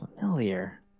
familiar